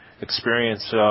experience